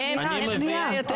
אני מבין,